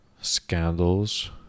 scandals